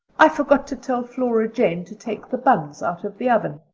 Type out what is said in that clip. i forgot to tell flora jane to take the buns out of the oven.